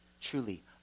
truly